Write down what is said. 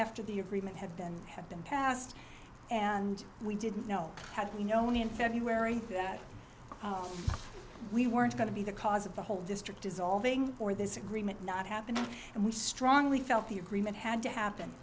after the agreement have been had been passed and we didn't know had we known in february that we weren't going to be the cause of the whole district dissolving or this agreement not happening and we strongly felt the agreement had to happen